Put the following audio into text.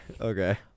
Okay